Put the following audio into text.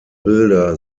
bilder